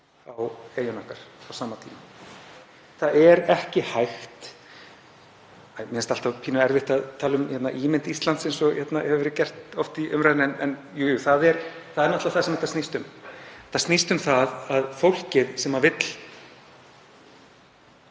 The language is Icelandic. á eyjunni okkar á sama tíma. Það er ekki hægt — mér finnst alltaf pínu erfitt að tala um ímynd Íslands eins og hefur verið gert oft í umræðunni, en jú, jú, það er náttúrlega það sem þetta snýst um. Þetta snýst um fólkið sem vill